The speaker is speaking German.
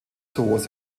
zoos